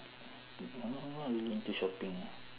not not not really into shopping ah